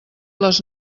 les